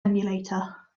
emulator